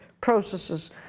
processes